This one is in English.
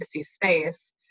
space